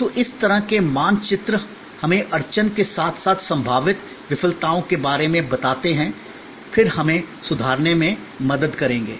तो इस तरह के मानचित्र हमें अड़चन के साथ साथ संभावित विफलताओं के बारे में बताते हैं फिर हमें सुधारने में मदद करेंगे